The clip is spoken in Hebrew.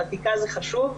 חקיקה זה חשוב,